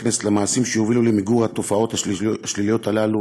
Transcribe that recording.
כנסת למעשים שיובילו למיגור התופעות השליליות האלה,